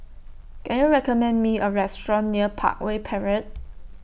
Can YOU recommend Me A Restaurant near Parkway Parade